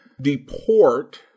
deport